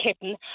kitten